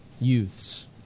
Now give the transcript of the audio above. youths